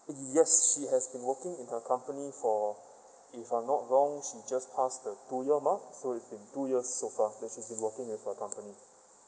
yes she has been working in her company for if I'm not wrong she just passed the two year mile so it's been two years so far that she's been working with her company